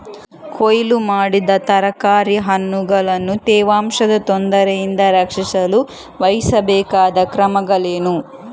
ಕೊಯ್ಲು ಮಾಡಿದ ತರಕಾರಿ ಹಣ್ಣುಗಳನ್ನು ತೇವಾಂಶದ ತೊಂದರೆಯಿಂದ ರಕ್ಷಿಸಲು ವಹಿಸಬೇಕಾದ ಕ್ರಮಗಳೇನು?